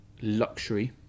luxury